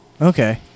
Okay